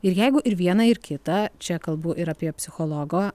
ir jeigu ir viena ir kita čia kalbu ir apie psichologo